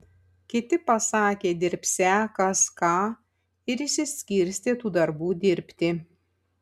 kiti pasakė dirbsią kas ką ir išsiskirstė tų darbų dirbti